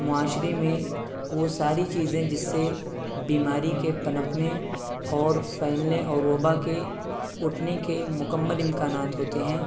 معاشرے میں وہ ساری چیزیں جس سے بیماری کے پنپنے اور پھیلنے اور وباع کے اٹھنے کے مکمل امکانات ہوتے ہیں